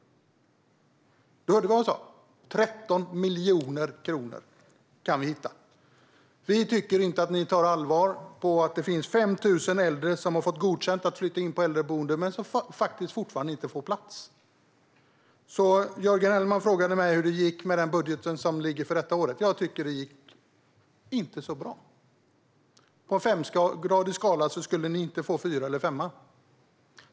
Ja, du hörde vad jag sa: 13 miljoner kronor! Vi tycker inte att ni tar på allvar att det finns 5 000 äldre som har fått godkänt att flytta in på äldreboende men ännu inte har fått plats. Jörgen Hellman frågade alltså hur det gick med det innevarande årets budget. Jag tycker att det inte gick så bra. På en femgradig skala skulle ni inte få fyra eller femma.